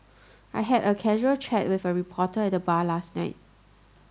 I had a casual chat with a reporter at the bar last night